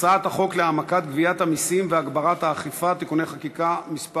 הצעת החוק להעמקת גביית המסים והגברת האכיפה (תיקוני חקיקה) (מס'